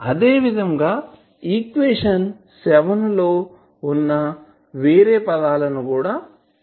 అదేవిధంగా ఈక్వేషన్ వున్నా వేరే పదములను పొందుదాం